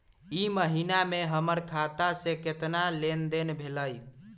ई महीना में हमर खाता से केतना लेनदेन भेलइ?